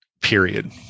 period